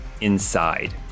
inside